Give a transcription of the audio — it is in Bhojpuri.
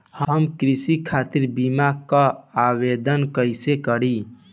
हम कृषि खातिर बीमा क आवेदन कइसे करि?